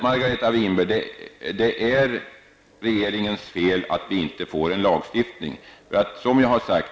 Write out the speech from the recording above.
Margareta Winberg, det är regeringens fel att vi inte har fått en lagstiftning.